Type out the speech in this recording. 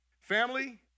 Family